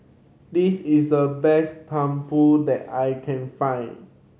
this is the best tumpeng that I can find